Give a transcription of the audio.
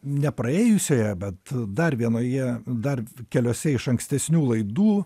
ne praėjusioje bet dar vienoje dar keliose iš ankstesnių laidų